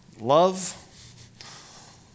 love